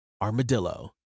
Armadillo